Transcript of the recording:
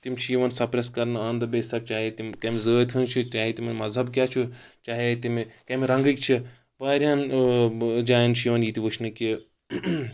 تِم چھ یِوان سَپریٚس کَرنہٕ آن د بیسِس آف چاہے تِم کمہِ ذٲتۍ ہٕنٛدۍ چھِ چاہے تِمَن مذہب کیاہ چھُ چاہے تِم کمہِ رَنٛگٕکۍ چھِ واریاہن جایَن چھِ یِوان یہِ تہِ وٕچھنہٕ کہِ